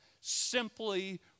simply